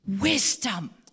wisdom